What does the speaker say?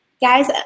guys